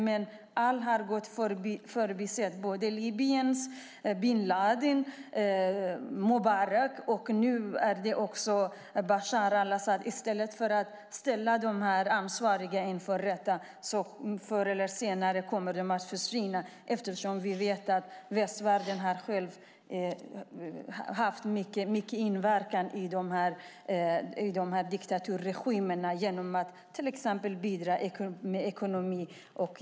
Man har förbisett Libyen, bin Ladin och Mubarak. Nu är det Bashar al-Assad. I stället för att ställa de ansvariga inför rätta räknar man med att de förr eller senare kommer att försvinna. Västvärlden har haft mycket inverkan i diktaturregimerna genom att till exempel bidra till ekonomin.